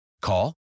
Call